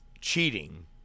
Cheating